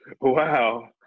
Wow